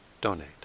donate